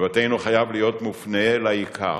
מבטנו חייב להיות מופנה לעיקר,